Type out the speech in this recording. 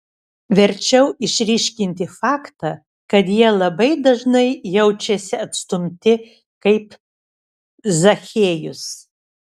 verčiau išryškinti faktą kad jie labai dažai jaučiasi atstumti kaip zachiejus